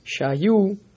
Shayu